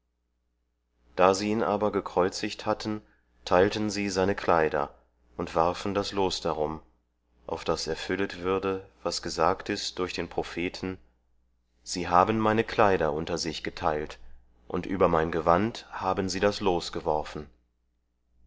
da sie ihn aber gekreuzigt hatten teilten sie seine kleider und warfen das los darum auf daß erfüllet würde was gesagt ist durch den propheten sie haben meine kleider unter sich geteilt und über mein gewand haben sie das los geworfen